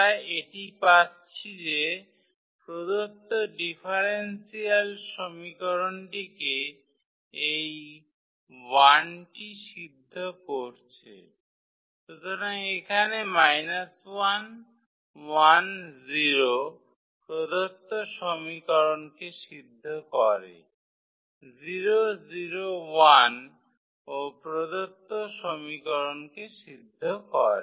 আমরা এটি পাচ্ছি যে প্রদত্ত ডিফারেন্সিয়াল সমীকরণটিকে এই 1 টি সিদ্ধ করছে সুতরাং এখানে প্রদত্ত সমীকরণকে সিদ্ধ করে ও প্রদত্ত সমীকরণকে সিদ্ধ করে